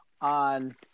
on